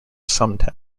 some